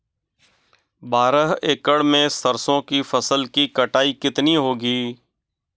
बारह एकड़ में सरसों की फसल की कटाई कितनी होगी?